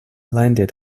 landed